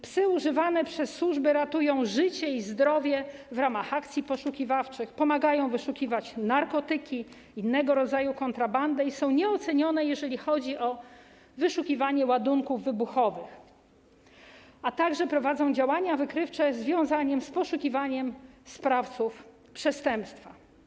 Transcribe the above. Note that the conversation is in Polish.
Psy używane przez służby ratują życie i zdrowie w ramach akcji poszukiwawczych, pomagają wyszukiwać narkotyki czy innego rodzaju kontrabandę i są nieocenione, jeżeli chodzi o wyszukiwanie ładunków wybuchowych, a także pomagają w działaniach wykrywczych związanych z poszukiwaniem sprawców przestępstw.